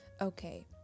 Okay